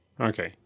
okay